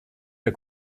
der